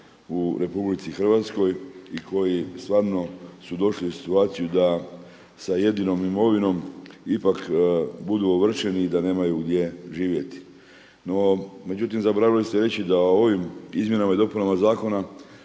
u RH i koji stvarno su došli u situaciju da sa jedinom imovinom ipak budu ovršeni i da nemaju gdje živjeti. No, međutim zaboravili ste reći da ovim izmjenama i dopunama zakona